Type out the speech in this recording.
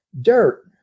dirt